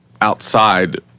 outside